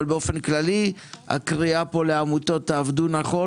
אבל באופן כללי הקריאה כאן לעמותות היא: תעבדו נכון